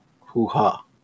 Hoo-ha